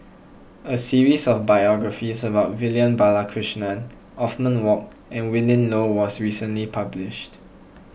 a series of biographies about Vivian Balakrishnan Othman Wok and Willin Low was recently published